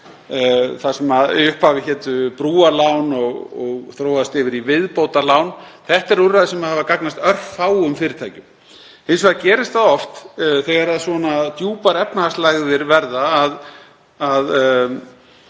það sem í upphafi hétu brúarlán og hafa þróast yfir í viðbótarlán eru það úrræði sem hafa gagnast örfáum fyrirtækjum. Hins vegar gerist það oft, þegar svona djúpar efnahagslægðir verða,